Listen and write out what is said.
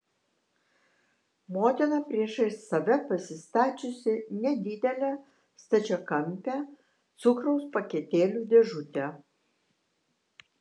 motina priešais save pasistačiusi nedidelę stačiakampę cukraus paketėlių dėžutę